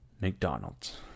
McDonald's